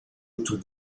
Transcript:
autour